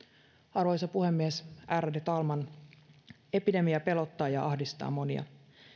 arvoisa puhemies ärade talman epidemia pelottaa ja ahdistaa monia